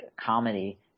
comedy